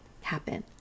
happen